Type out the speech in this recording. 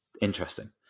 interesting